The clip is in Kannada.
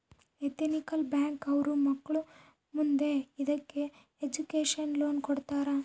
ಎತಿನಿಕಲ್ ಬ್ಯಾಂಕ್ ಅವ್ರು ಮಕ್ಳು ಮುಂದೆ ಇದಕ್ಕೆ ಎಜುಕೇಷನ್ ಲೋನ್ ಕೊಡ್ತಾರ